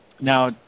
now